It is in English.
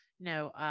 No